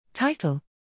Title